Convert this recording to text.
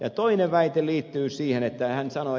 toinen väite liittyy siihen että ed